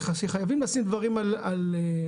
חייבים לשים דברים על מקומם.